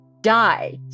die